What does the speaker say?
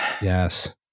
Yes